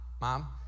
mom